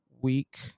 week